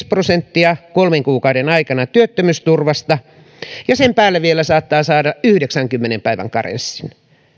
prosenttia kolmen kuukauden aikana työttömyysturvasta ja sen päälle vielä saattaa saada yhdeksänkymmenen päivän karenssin